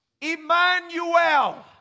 Emmanuel